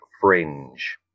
Fringe